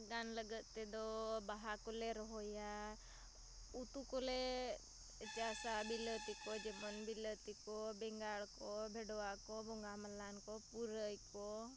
ᱵᱟᱜᱟᱱ ᱞᱟᱹᱜᱤᱫ ᱛᱮᱫᱚ ᱵᱟᱦᱟ ᱠᱚᱞᱮ ᱨᱚᱦᱚᱭᱟ ᱩᱛᱩ ᱠᱚᱞᱮ ᱪᱟᱥᱟ ᱵᱤᱞᱟᱹᱛᱤᱠᱚ ᱡᱮᱢᱚᱱ ᱵᱤᱞᱟᱹᱛᱤᱠᱚ ᱵᱮᱸᱜᱟᱲᱠᱚ ᱵᱷᱮᱰᱚᱣᱟᱠᱚ ᱵᱚᱸᱜᱟ ᱢᱟᱞᱦᱟᱱᱠᱚ ᱯᱩᱨᱟᱹᱭᱠᱚ